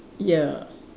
ya